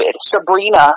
Sabrina